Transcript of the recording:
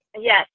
Yes